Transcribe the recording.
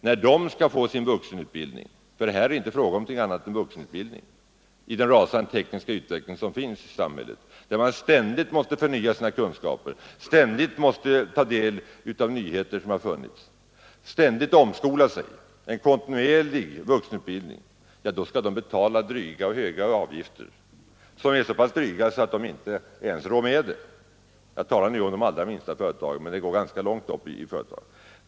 När småföretagarna skall få sin vuxenutbildning — för här är det inte fråga om någonting annat än vuxenutbildning — i den rasande tekniska utveckling som pågår i samhället, där man ständigt måste förnya sina kunskaper, ständigt måste ta del av nyheter, ständigt måste underkasta sig en kontinuerlig omskolning, då skall de betala så dryga avgifter att de inte ens rår med dem. Jag talar nu i första hand om de allra minsta företagen, men det här gäller ganska långt upp i företagen.